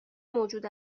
موجود